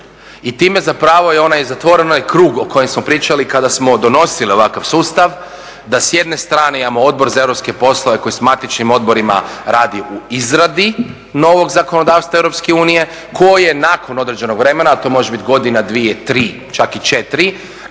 I time zapravo je onaj zatvoreni krug o kojem smo pričali kada smo donosili ovakav sustav, da s jedne strane imamo Odbor za europske poslove koji s matičnim odborima radi u izradi novog zakonodavstva EU, koje nakon određenog vremena, a to može biti godina, dvije, tri, čak i četiri,